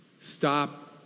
Stop